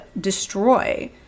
destroy